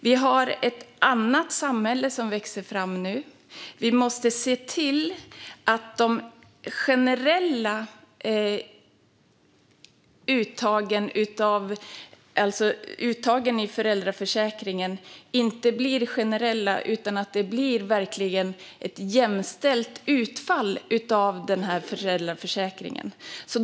Det är ett annat samhälle som växer fram nu. Vi måste se till att de generella uttagen i föräldraförsäkringen inte blir generella utan att det verkligen blir ett jämställt utfall av föräldraförsäkringen.